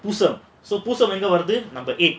பூசம் எங்க வருது:poosam enga varuthu number eight